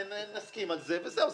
נסכים על זה וזהו,